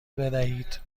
بدهید